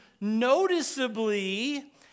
noticeably